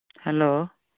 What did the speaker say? hello